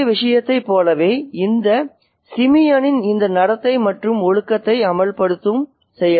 முந்தைய விஷயத்தைப் போலவே இந்த சிமியனின் இந்த நடத்தை மற்றும் ஒழுக்கத்தை அமல்படுத்தும் செயலா